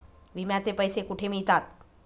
विम्याचे पैसे कुठे मिळतात?